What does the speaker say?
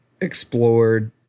explored